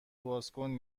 بازکن